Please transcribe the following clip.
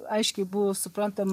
aiškiai buvo suprantama